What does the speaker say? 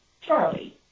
Charlie